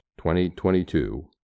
2022